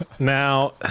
Now